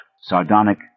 sardonic